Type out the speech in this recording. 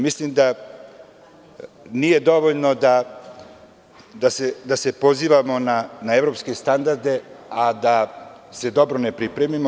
Mislim da nije dovoljno da se pozivamo na evropske standarde, a da se dobro ne pripremimo.